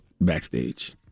backstage